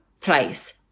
place